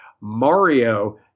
Mario